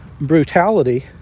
brutality